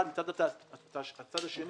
ומצד שני,